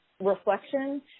reflection –